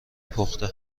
پخته